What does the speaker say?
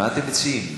מה אתם מציעים?